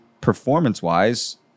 performance-wise